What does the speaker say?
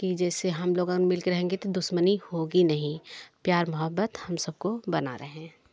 कि जैसे हम लोग हम मिलके रहेंगे तो दुश्मनी होगी नहीं प्यार मोहब्बत हम सबको बना रहे